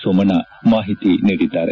ಸೋಮಣ್ಣ ಮಾಹಿತಿ ನೀಡಿದ್ದಾರೆ